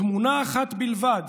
תמונה אחת בלבד,